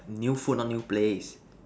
new food not new place